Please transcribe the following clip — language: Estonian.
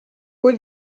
kui